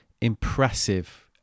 impressive